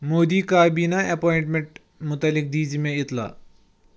مودی کابینہ ایپوینٹمیٹ مُتعلِق دِی زِ مےٚ اطلاع